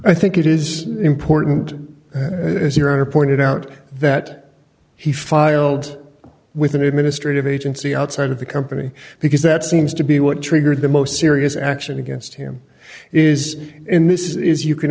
i think it is important as your honor pointed out that he filed with an administrative agency outside of the company because that seems to be what triggered the most serious action against him is in this is you can